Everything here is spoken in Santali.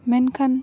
ᱢᱮᱱᱠᱷᱟᱱ